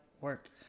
work